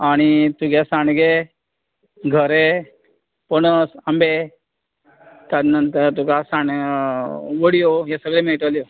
आनी तुगे सांडगे घरे पणस आंबे त्या नंतर तुका साण वडयो हे सगळ्यो मेळटल्यो